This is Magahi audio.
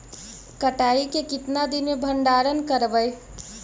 कटाई के कितना दिन मे भंडारन करबय?